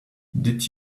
did